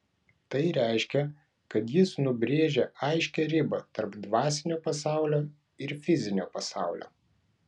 tai reiškia kad jis nubrėžia aiškią ribą tarp dvasinio pasaulio ir fizinio pasaulio